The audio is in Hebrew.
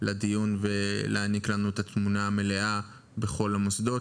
לדיון ולהעניק לנו את התמונה המלאה בכל המוסדות,